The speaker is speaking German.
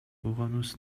uranus